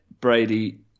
Brady